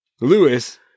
Lewis